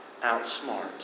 outsmart